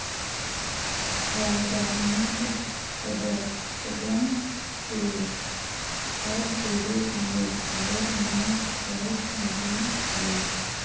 रासायनिक पदर्थबन के खाद के रूप में उपयोग न कयल जा हई